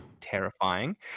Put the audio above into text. terrifying